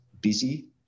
busy